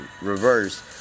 reverse